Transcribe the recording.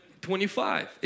25